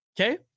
Okay